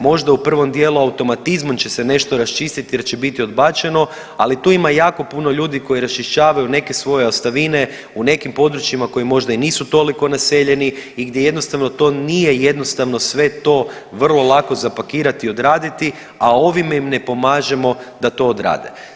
Možda u prvom dijelu automatizmom će se nešto raščistiti jer će biti odbačeno, ali tu ima jako puno ljudi koji raščišćavaju neke svoje ostavine u nekim područjima koji možda i nisu toliko naseljeni i gdje jednostavno to nije jednostavno sve to vrlo lako zapakirati i odraditi, a ovime im ne pomažemo da to odrade.